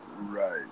Right